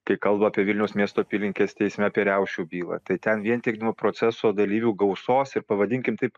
kai kalba apie vilniaus miesto apylinkės teisme apie riaušių bylą tai ten vien tik nuo proceso dalyvių gausos ir pavadinkim taip